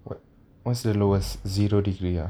what what's the lowest zero degree ah